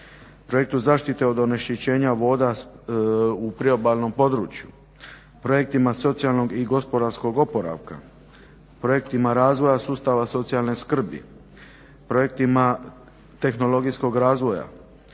projektu zaštite od onečišćenja voda u priobalnom području, projektima socijalnog i gospodarskog oporavka, projektima razvoja sustava socijalne skrbi, projektima tehnologijskog razvoja,